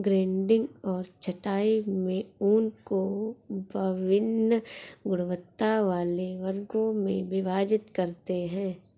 grading और छँटाई में ऊन को वभिन्न गुणवत्ता वाले वर्गों में विभाजित करते हैं